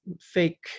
fake